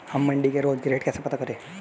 हम मंडी के रोज के रेट कैसे पता करें?